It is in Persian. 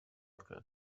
کنه